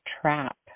trap